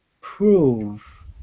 prove